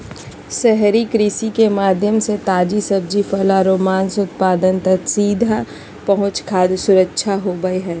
शहरी कृषि के माध्यम से ताजी सब्जि, फल आरो मांस उत्पाद तक सीधा पहुंच खाद्य सुरक्षा होव हई